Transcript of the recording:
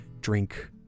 drink